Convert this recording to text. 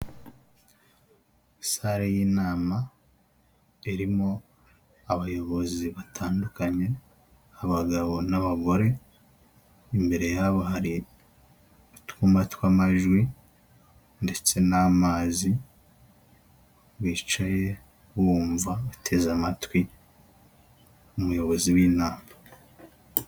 Sare y'inama irimo abayobozi batandukanye abagabo n'abagore, imbere yabo hari utwuma tw'amajwi ndetse n'amazi bicaye bumva, bateze amatwi umuyobozi w'inama.